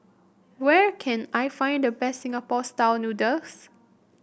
where can I find the best Singapore style noodles